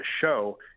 show